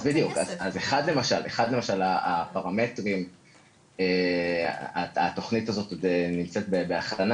אחד הפרמטרים שהתוכנית הזאת נמצאת בהכוונה